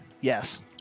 Yes